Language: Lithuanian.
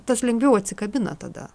tas lengviau atsikabina tada